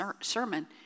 sermon